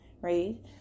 right